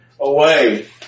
away